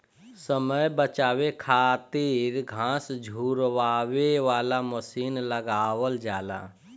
समय बचावे खातिर घास झुरवावे वाला मशीन लगावल जाला